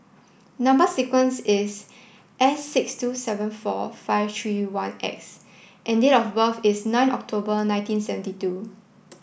number sequence is S six two seven four five three one X and date of birth is nine October nineteen seventy two